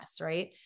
Right